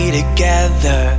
together